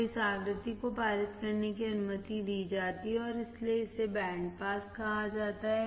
तो इस आवृत्ति को पारित करने की अनुमति दी जाती है और इसीलिए इसे बैंड पास कहा जाता है